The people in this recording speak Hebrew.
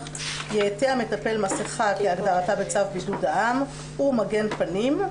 יעטה המטפל מסכה כהגדרתה בצו בריאות העם ומגן פנים,